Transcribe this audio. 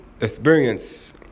experience